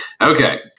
Okay